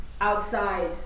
outside